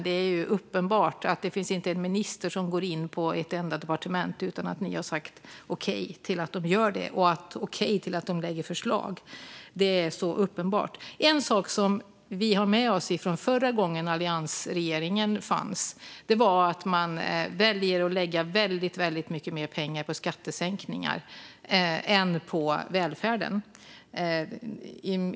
Det är uppenbart att det inte finns en minister som går in på ett enda departement utan att ni har sagt okej till att de gör det och okej till att de lägger fram förslag. Det är så uppenbart. En sak som vi har med oss från förra gången när alliansregeringen fanns var att man väljer att lägga väldigt mycket mer pengar på skattesänkningar än på välfärden.